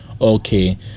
Okay